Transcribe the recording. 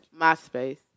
MySpace